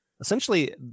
Essentially